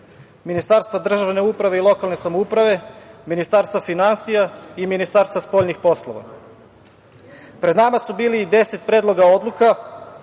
Ministarstva državne uprave i lokalne samouprave, Ministarstva finansija i Ministarstva spoljnih poslova. Pred nama su bili i deset predloga odluka,